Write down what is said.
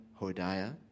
Hodiah